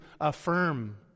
affirm